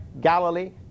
Galilee